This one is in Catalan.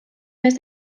més